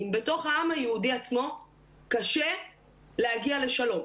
אם בתוך העם היהודי עצמו קשה להגיע לשלום?